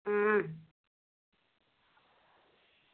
अं